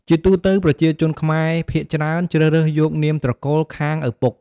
ជាទូទៅ ប្រជាជនខ្មែរភាគច្រើន ជ្រើសរើសយកនាមត្រកូលខាងឪពុក។